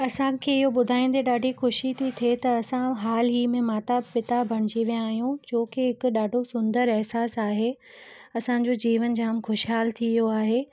असांखे इहो ॿुधाइण ते ॾाढी ख़ुशी थी थिए त असां हाल ई में माता पिता बणजी विया आहियूं जो कि हिकु ॾाढो सुंदर अहसासु आहे असांजो जीवन जाम ख़ुशहाल थी वियो आहे